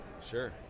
sure